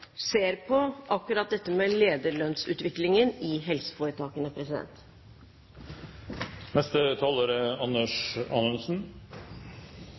ser på akkurat dette med lederlønnsutviklingen i helseforetakene.